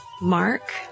Mark